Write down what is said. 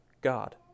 God